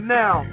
now